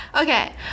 Okay